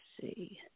see